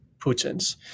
Putin's